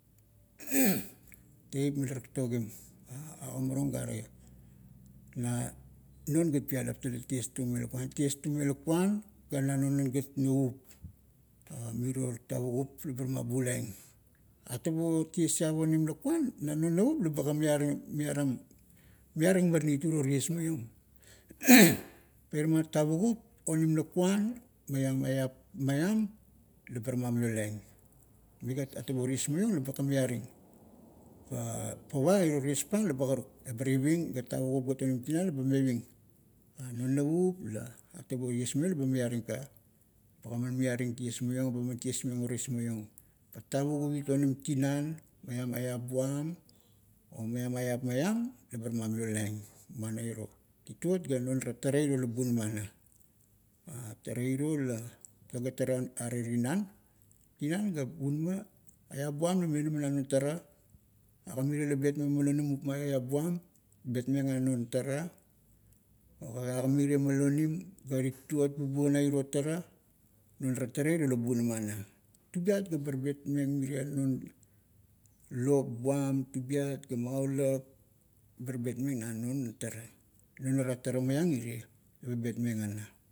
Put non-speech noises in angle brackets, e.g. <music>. <noise> teip mila taktogim. Ogimarung gare, na non gat pialap talet tiestung me lakuan, tiestung me lakuan, ga na non gat navup, miro tavukup labar mabulaing. Atabo tiesiep onim lakuan, na non navup, laba ga miaring, miarim, miaring maranit uro ties maiong. <noise> Pa irama tavukup onim lakuan maiam eap maiam, labar mamiolaing. Migat, atabo ties maiong laba ga miaring, "pa pava iro ties pang laba karuk. ebar iving, ga tavukup gat onim tinan laba meving. Non navup la, atabo ties maiong ka. Ba ga man miaring ties maiong, ba man ties maiong o ties maiong. Pa tavukup it onim tinan maian eap buam o maiam eap maiam ebar mamiolaing, muana iro tituot ga non ara tara iro la bunama ana. <hesitation> tara iro la, legat tara are tinan, "tinan ga bunama eap buam la mionama na non tara, aga mirie la betmeng malonimup ma eap buam, betmeng na non tara, aga mirie malonim, ga tituot bubuo na iro tara, non ara tara iro la bunama ana. Tubiat ga bar betmeng mirie non lop buam tubiat ga magaulap, bar betmeng na non tara. Non ara tara maiang irie, ba betmeng ana.